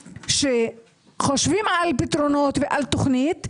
כשחושבים על פתרונות ועל תוכנית,